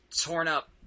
torn-up